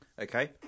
Okay